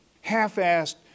half-assed